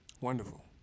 Wonderful